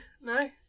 No